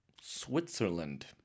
Switzerland